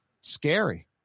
scary